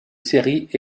séries